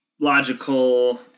logical